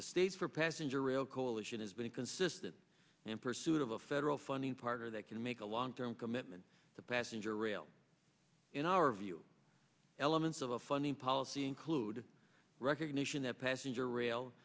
the state for passenger rail coalition has been inconsistent in pursuit of a federal funding partner that can make a long term commitment to passenger rail in our view elements of a funding policy include a recognition that passenger rail